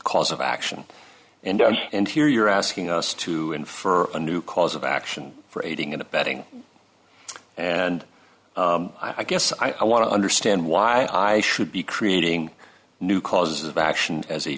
cause of action and and here you're asking us to in for a new cause of action for aiding and abetting and i guess i want to understand why i should be creating new cause of action as a